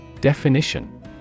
Definition